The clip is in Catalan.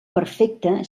perfecte